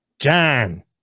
John